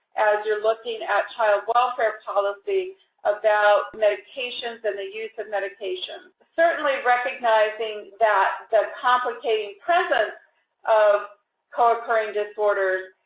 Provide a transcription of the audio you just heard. as you're looking at child welfare policy about medications and the use of medications. certainly, recognizing that the complicating presence of co-occurring disorders,